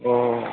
ꯑꯣ